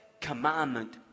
commandment